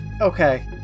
okay